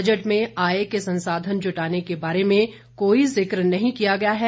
budget में आय के संसाधन जुटाने के बारे में कोई जिक्र नहीं किया गया है